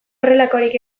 horrelakorik